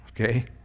Okay